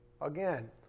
Again